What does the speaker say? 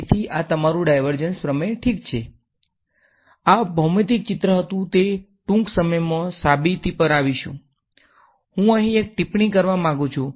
તેથી આ તમારું ડાયવર્જન્સ પ્રમેય ઠીક છે આ ભૌમિતિક ચિત્ર હતું તે ટૂંક સમયમાં સાબિતે પર આવીશુ હું અહીં એક ટિપ્પણી કરવા માંગુ છું